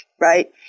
right